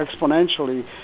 exponentially